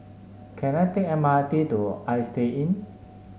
can I take the M R T to Istay Inn